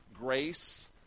grace